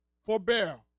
Forbear